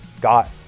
got